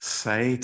say